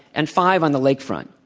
and five on the lakefront.